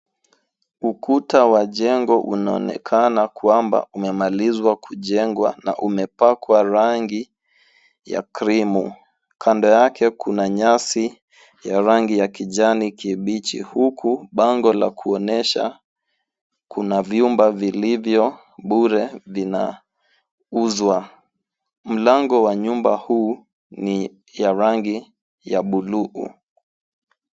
Ukuta wa jengo unaonekana kwamba umemalizwa kujengwa na umepakwa rangi ya creamu .kando yake Kuna nyasi ya rangi ya kijani kibichi, huku bango la kuonesha Kuna vyumba vilivyo bure vinauzwa .Mlango wa nyumba huu ni ya rangi ya buluu.